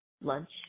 lunch